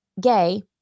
gay